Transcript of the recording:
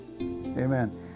Amen